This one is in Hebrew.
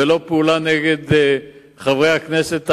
ולא פעולה נגד חברי הכנסת הערבים,